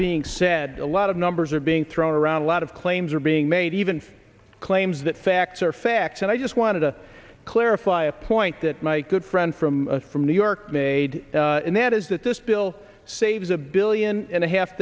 being said a lot of numbers are being thrown around a lot of claims are being made even claims that facts are facts and i just wanted to clarify a point that my good friend from from new york made and that is that this bill saves a billion and a half